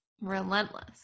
Relentless